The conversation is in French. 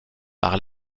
par